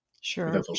sure